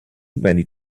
many